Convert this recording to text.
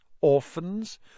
orphans